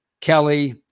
Kelly